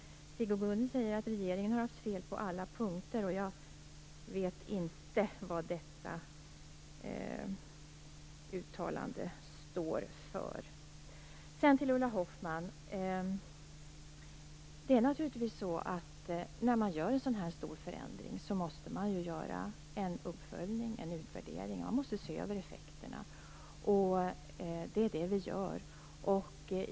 Sigge Godin säger att regeringen har haft fel på alla punkter. Jag vet inte vad detta uttalande står för. Till Ulla Hoffmann vill jag säga att man naturligtvis måste göra en uppföljning och en utvärdering när man gör en sådan här stor förändring. Man måste se över effekterna. Det är det vi gör.